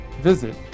visit